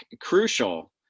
crucial